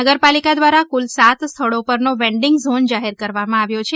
નગરપાલિકા દ્વારા કુલ સાત સ્થળો પરનો વેન્ડીંગ ઝોન જાહેર કરવામાં આવ્યો છે